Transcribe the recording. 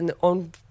on